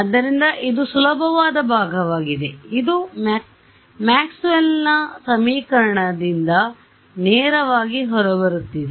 ಆದ್ದರಿಂದ ಇದು ಸುಲಭವಾದ ಭಾಗವಾಗಿದೆ ಇದು ಮ್ಯಾಕ್ಸ್ವೆಲ್ನ Maxwell'sಸಮೀಕರಣದಿಂದ ನೇರವಾಗಿ ಹೊರಬರುತ್ತಿದೆ